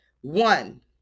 One